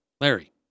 Larry